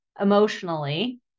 emotionally